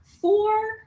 four